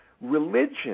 religion